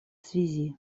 связи